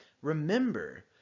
Remember